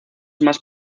más